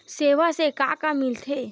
सेवा से का का मिलथे?